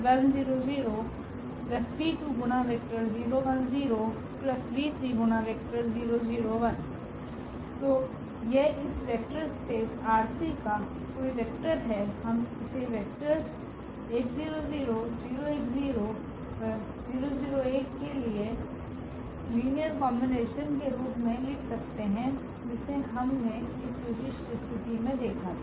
v1v2𝑣3 तो यह इस वेक्टर स्पेस ℝ3 का कोइ वेक्टर है हम इसे वेक्टर्स के लीनियर कॉम्बिनेशन के रूप मे लिख सकते है जिसे हमने इस विशिष्ट स्थिति मे देखा था